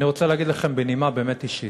אני רוצה להגיד לכם בנימה באמת אישית: